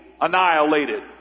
annihilated